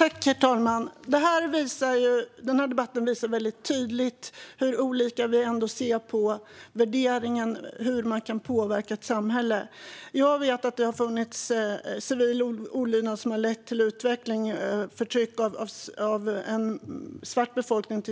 Herr talman! Den här debatten visar tydligt hur olika vi ser på värderingen när det gäller hur man kan påverka ett samhälle. Jag vet att det har skett civil olydnad som har lett till utveckling, till exempel vid förtryck mot svart befolkning.